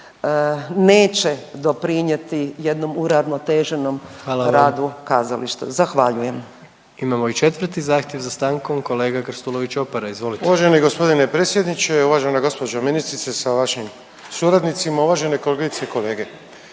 neće doprinjeti jednom uravnoteženom radu kazališta. …/Upadica